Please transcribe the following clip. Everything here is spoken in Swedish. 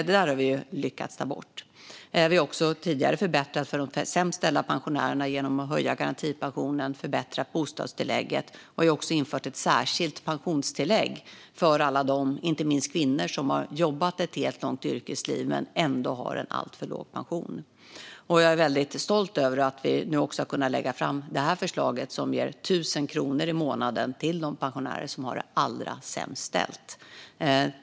Det där har vi lyckats ta bort. Vi har också tidigare förbättrat för de sämst ställda pensionärerna genom att höja garantipensionen och förbättra bostadstillägget. Vi har även infört ett särskilt pensionstillägg för alla dem, inte minst kvinnor, som har jobbat ett helt långt yrkesliv men ändå har en alltför låg pension. Jag är väldigt stolt över att vi nu också har kunnat lägga fram det här förslaget, som ger 1 000 kronor i månaden till de pensionärer som har det allra sämst ställt.